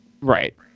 Right